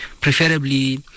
Preferably